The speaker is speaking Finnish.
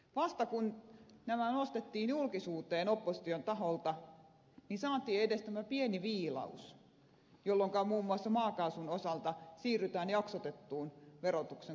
vasta kun nämä nostettiin julkisuuteen opposition taholta saatiin edes tämä pieni viilaus jolloinka muun muassa maakaasun osalta siirrytään jaksotettuun verotuksen korotuskäytäntöön